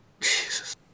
Jesus